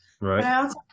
right